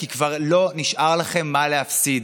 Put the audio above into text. כי כבר לא נשאר לכם מה להפסיד.